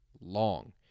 long